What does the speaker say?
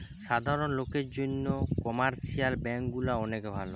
সাধারণ লোকের জন্যে কমার্শিয়াল ব্যাঙ্ক গুলা অনেক ভালো